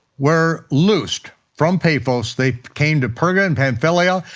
were loosed from paphos, they came to perga and pamphylia,